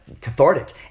cathartic